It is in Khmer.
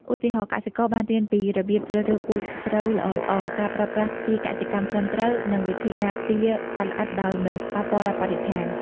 ឧទាហរណ៍ កសិករបានរៀនពីរបៀបជ្រើសរើសពូជស្រូវល្អៗ ការប្រើប្រាស់ជីកសិកម្មត្រឹមត្រូវ និងវិធីការពារសត្វល្អិតដោយមិនប៉ះពាល់ដល់បរិស្ថាន។